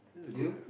you